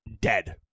dead